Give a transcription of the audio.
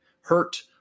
hurt